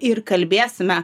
ir kalbėsime